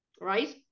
right